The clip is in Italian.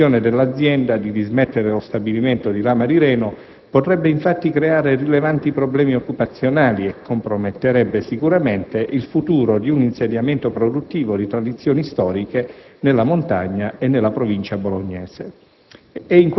La decisione dell'azienda di dismettere lo stabilimento di Lama di Reno potrebbe, infatti, creare rilevanti problemi occupazionali e comprometterebbe il futuro di un insediamento produttivo di tradizioni storiche nella montagna e nella Provincia bolognese.